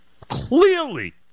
clearly